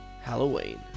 Halloween